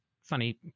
funny